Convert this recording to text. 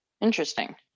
interesting